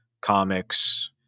comics